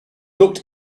looked